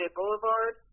Boulevard